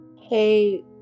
Hey